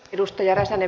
arvoisa puhemies